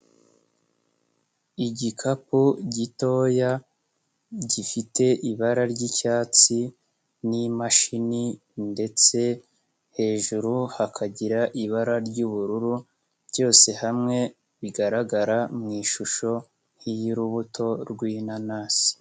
Igikapu gitoya gifite ibara ry'icyatsi n'imashini ndetse hejuru hakagira ibara ry'ubururu byose hamwe bigaragara mu ishusho y'urubuto rw'inanasi.